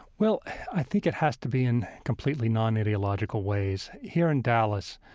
well, i think it has to be in completely non-ideological ways. here in dallas,